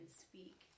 speak